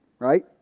Right